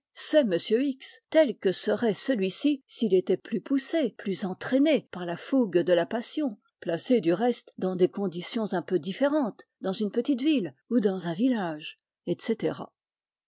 m x tel que serait celui-ci s'il était plus poussé plus entraîné par la fougue de la passion placé du reste dans des conditions un peu différentes dans une petite ville ou dans un village etc